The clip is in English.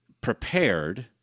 prepared